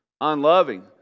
Unloving